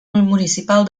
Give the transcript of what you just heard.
municipal